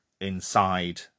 inside